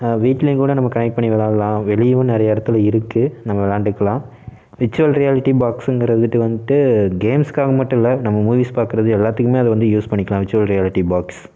வீட்டுலயும் கூட நம்ம கனெக்ட் பண்ணி வெளாடலாம் வெளியேவும் நிறைய இடத்துல இருக்குது நம்ம வெளாண்டுக்கலாம் விர்ச்சுவல் ரியாலிட்டி பாக்ஸுங்கிறது வந்துட்டு கேம்ஸுக்காக மட்டும் இல்லை நம்ம மூவிஸ் பார்க்கறது எல்லாத்துக்குமே அதை வந்து யூஸ் பண்ணிக்கலாம் விர்ச்சுவல் ரியாலிட்டி பாக்ஸ்